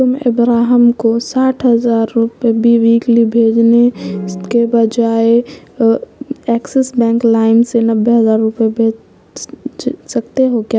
تم ابراہم کو ساٹھ ہزار روپے بیوی کے لیے بھیجنے کے بجائے ایکسس بینک لائم سے نوے ہزار روپے بھیج سکتے ہو کیا